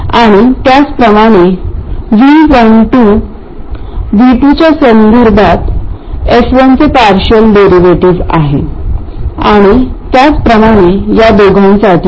आणि त्याचप्रमाणे y12 V2 च्या संदर्भात f1 चे पार्शियल डेरिव्हेटिव्ह आहे आणि त्याचप्रमाणे या दोघांसाठीही